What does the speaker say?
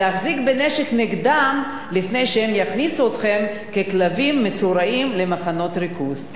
להחזיק בנשק נגדם לפני שהם יכניסו אתכם ככלבים מצורעים למחנות ריכוז".